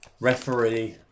referee